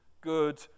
good